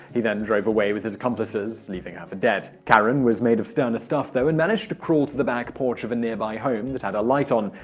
he then drove away with his accomplices, leaving her for dead. karen was made of sterner stuff, though, and managed to crawl to the back porch of a nearby home that had a light on.